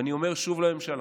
ואני אומר שוב לממשלה: